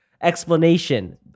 explanation